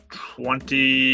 twenty